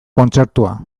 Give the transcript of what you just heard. kontzertua